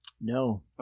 no